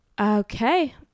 Okay